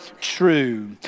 true